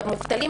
מובטלים,